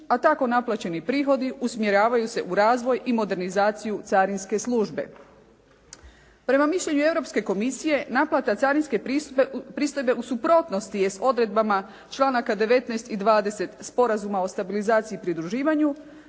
a tako naplaćeni prihodi usmjeravaju se u razvoj i modernizaciju carinske službe. Prema mišljenju Europske komisije, naplate carinske pristojbe u suprotnosti je s odredbama članaka 19. i 20. Sporazuma o stabilizaciji i pridruživanju,